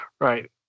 right